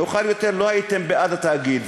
מאוחר יותר לא הייתם בעד התאגיד,